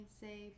say